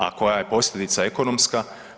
A koja je posljedice ekonomska?